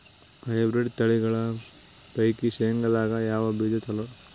Hybrid ತಳಿಗಳ ಪೈಕಿ ಶೇಂಗದಾಗ ಯಾವ ಬೀಜ ಚಲೋ?